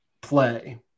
play